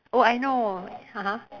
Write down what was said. oh I know (uh huh)